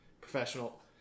professional